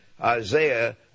Isaiah